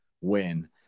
win